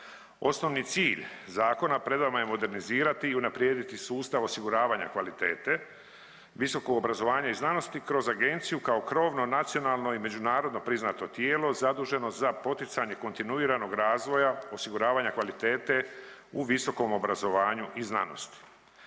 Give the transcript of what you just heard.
Osnovni cilj zakona pred vama je modernizirati i unaprijediti sustav osiguravanja kvalitete visokog obrazovanja i znanosti kroz agenciju kao krovno nacionalno i međunarodno priznato tijelo zaduženo za poticanje kontinuiranog razvoja osiguravanja kvalitete u visokom obrazovanju i znanosti.